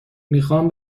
میخام